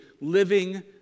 living